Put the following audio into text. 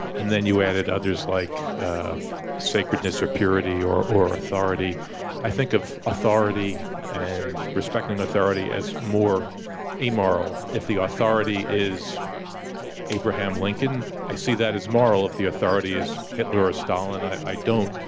and then you added others, like sacredness or purity or or authority i think of authority and respecting authority as more amoral. if the authority is abraham lincoln, i see that as moral. if the authority is hitler or stalin, i don't.